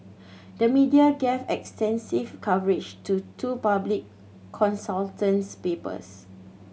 the media gave extensive coverage to two public papers